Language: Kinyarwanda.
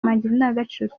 indangagaciro